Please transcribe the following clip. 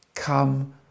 Come